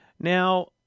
Now